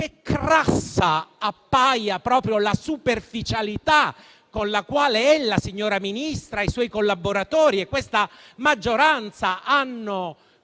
che crassa appaia proprio la superficialità con la quale ella, signora Ministra, i suoi collaboratori e questa maggioranza avete